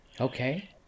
Okay